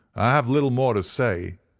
i have little more to say,